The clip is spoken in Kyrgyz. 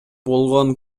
болгон